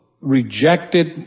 rejected